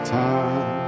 time